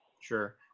sure